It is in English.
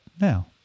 now